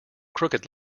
crooked